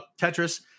Tetris